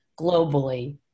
globally